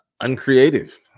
uncreative